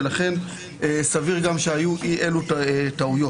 ולכן סביר גם שהיו אי אלה טעויות.